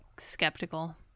skeptical